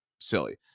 silly